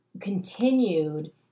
continued